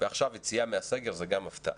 ועכשיו יציאה מהסגר, זה גם הפתעה.